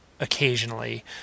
occasionally